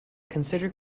consider